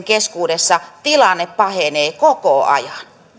keskuudessa tilanne pahenee koko ajan